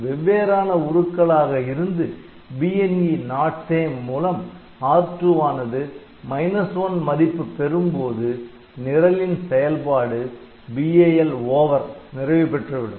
வெவ்வேறான உருக்களாக இருந்து BNE Notsame மூலம் R2 வானது ' 1' மதிப்பு பெறும்போது நிரலின் செயல்பாடு BAL Over நிறைவு பெற்றுவிடும்